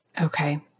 Okay